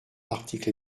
articles